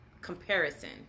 comparison